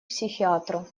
психиатру